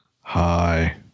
hi